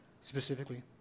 specifically